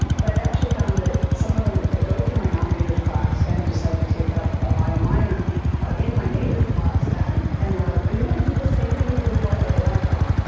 but i've actually found that some of them that go through my non majors class and decide to take up a bio minor are in my majors class then. and they're like, are you going to do the same thing we did before? i really liked that.